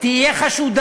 תהיה חשודה: